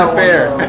fair